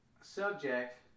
subject